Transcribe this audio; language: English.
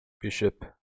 bishop